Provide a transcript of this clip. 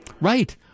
Right